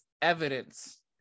evidence